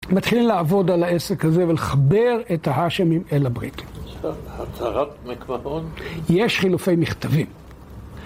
הוא מתחיל לעבוד על העסק הזה ולחבר את ההאשם עם אל הברית. יש לך הצהרת מקווהון? יש חילופי מכתבים